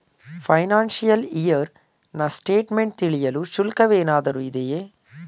Financial year ನ statement ತಿಳಿಯಲು ಶುಲ್ಕವೇನಾದರೂ ಇದೆಯೇ?